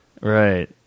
Right